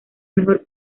mejor